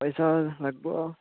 পইচা লাগিব